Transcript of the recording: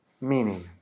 meaning